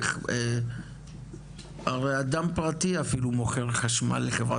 הפניתי לפאנלים.